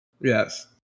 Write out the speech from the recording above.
Yes